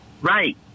Right